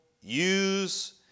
use